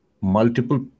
multiple